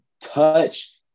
touch